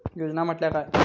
योजना म्हटल्या काय?